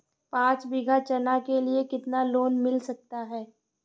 पाँच बीघा चना के लिए कितना लोन मिल सकता है?